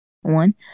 one